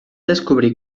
descobrir